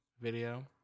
video